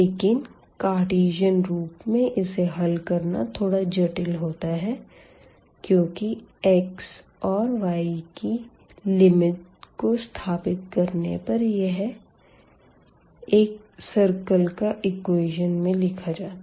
लेकिन कार्टीजन रूप में इसे हल करना थोड़ा जटिल होता है क्यूँकि x and y की लिमिट को स्थापित करने पर यह एक सर्किल की इक्वेशन में लिखा जाता